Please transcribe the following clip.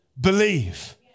believe